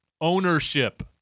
Ownership